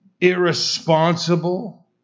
irresponsible